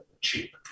cheap